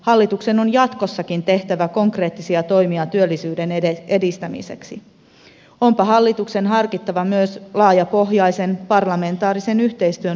hallituksen on jatkossakin tehtävä konkreettisia toimia työllisyyden edistämiseksi onpa hallituksen harkittava myös laajapohjaisen parlamentaarisen yhteistyön mahdollisuutta